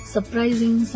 Surprising